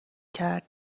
کرد